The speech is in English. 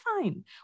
fine